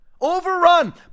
Overrun